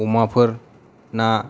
अमाफोर ना